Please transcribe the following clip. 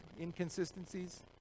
inconsistencies